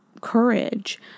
courage